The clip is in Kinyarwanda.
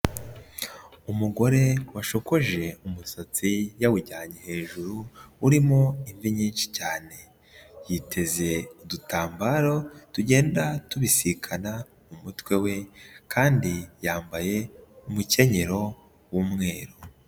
Umugore washokoje umusatsi yawujyanye hejuru urimo imvi nyinshi cyane, yiteze udutambaro tugenda tubisikana mu mutwe we kandi yambaye umukenyero w'umweru.